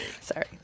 sorry